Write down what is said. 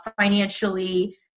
financially